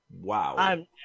Wow